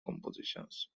compositions